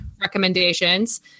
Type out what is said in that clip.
recommendations